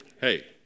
Hey